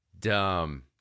Dumb